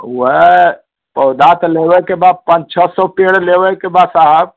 वहे पौधा तो लेवे के बाद पाँच छह सौ पेड़ लेवई के बाद साहब